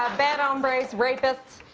ah bad hombres, rapists,